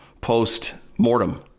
post-mortem